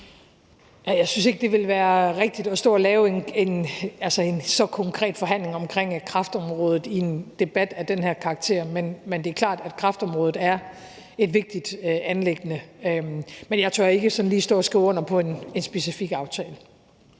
Jeg synes ikke, at det ville være rigtigt at stå og lave en så konkret forhandling på kræftområdet i en debat af den her karakter, men det er klart, at kræftområdet er et vigtigt anliggende. Men jeg tør ikke sådan lige stå og skrive under på en specifik aftale.